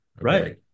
Right